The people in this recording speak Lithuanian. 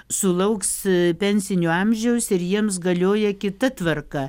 sulauks pensinio amžiaus ir jiems galioja kita tvarka